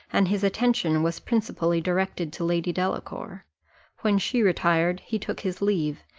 and his attention was principally directed to lady delacour when she retired, he took his leave,